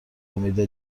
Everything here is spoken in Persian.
امید